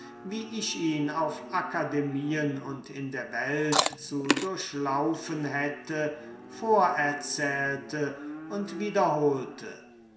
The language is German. wie ich ihn auf akademien und in der welt zu durchlaufen hätte vorerzählte und wiederholte